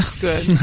Good